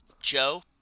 Joe